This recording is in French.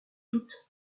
toutes